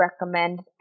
recommend